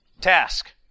Task